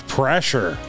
pressure